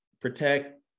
protect